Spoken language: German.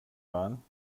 waren